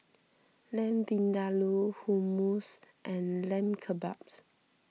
Lamb Vindaloo Hummus and Lamb Kebabs